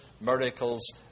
miracles